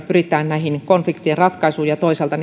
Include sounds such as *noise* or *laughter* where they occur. *unintelligible* pyritään konfliktien ratkaisuun ja toisaalta *unintelligible*